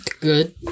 Good